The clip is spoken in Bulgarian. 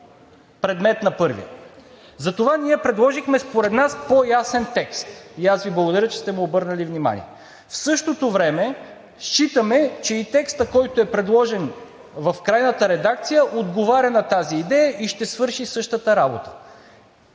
предмет на първия. Затова ние предложихме според нас по-ясен текст и аз Ви благодаря, че сте му обърнали внимание. В същото време считаме, че и текстът, който е предложен в крайната редакция, отговаря на тази идея и ще свърши същата работа.